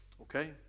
Okay